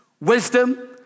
wisdom